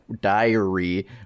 diary